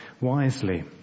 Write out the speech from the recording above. wisely